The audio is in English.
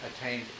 attained